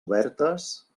obertes